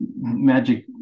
magic